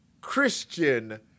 Christian